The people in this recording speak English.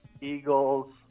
Eagles